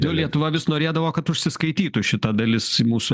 nu lietuva vis norėdavo kad užsiskaitytų šita dalis mūsų